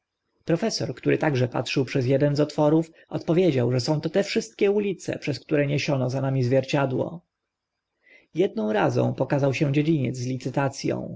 profesor który także patrzył przez eden z otworów odpowiedział że to są wszystkie ulice przez które niesiono za nami zwierciadło jedną razą pokazał mi dziedziniec z licytac